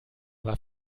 war